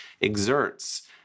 exerts